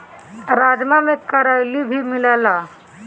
राजमा में कैलोरी भी मिलेला